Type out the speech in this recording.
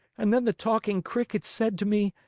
and then the talking cricket said to me,